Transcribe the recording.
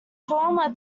former